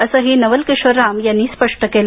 असंही नवल किशोर राम यांनी स्पष्ट केलं